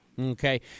Okay